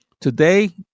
today